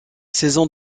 saison